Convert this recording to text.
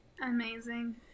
amazing